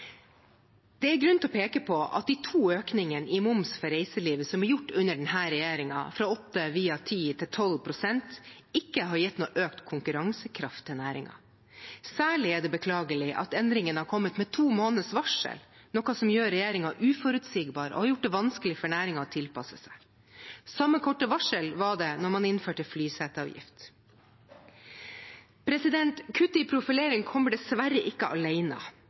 Det er grunn til å peke på at de to økningene i moms for reiselivet som er gjort under denne regjeringen, fra 8 via 10 til 12 pst., ikke har gitt noen økt konkurransekraft til næringen. Særlig er det beklagelig at endringene har kommet med to måneders varsel, noe som gjør regjeringen uforutsigbar og har gjort det vanskelig for næringen å tilpasse seg. Samme korte varsel var det da man innførte flyseteavgift. Kuttet i profilering kommer dessverre ikke